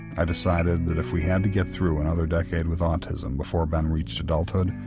i decided that if we had to get through another decade with autism before ben reached adulthood,